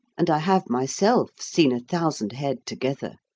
and i have myself seen a thousand head together.